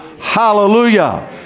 hallelujah